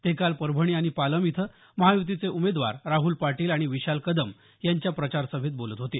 ते काल परभणी आणि पालम इथं महायुतीचे उमेदवार राहल पाटील आणि विशाल कदम यांच्या प्रचारसभेत बोलत होते